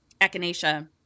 echinacea